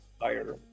higher